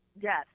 Yes